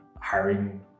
hiring